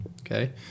okay